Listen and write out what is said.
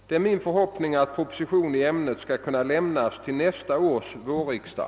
Det är min förhoppning att proposition i ämnet skall kunna lämnas till nästa års vårriksdag.